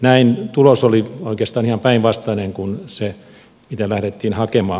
näin tulos oli oikeastaan ihan päinvastainen kuin se mitä lähdettiin hakemaan